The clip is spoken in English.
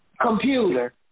Computer